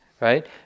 right